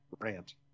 rant